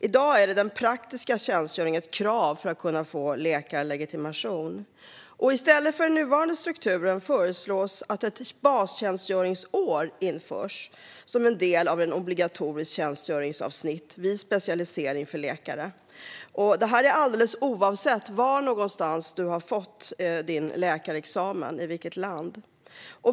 I dag är den praktiska tjänstgöringen ett krav för att man ska kunna få läkarlegitimation, och i stället för den nuvarande strukturen föreslås att ett bastjänstgöringsår införs som en del av det obligatoriska tjänstgöringsavsnittet vid specialisering för läkare. Detta gäller alldeles oavsett vilket land du har fått din läkarexamen i.